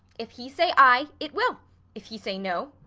if he say ay, it will if he say no,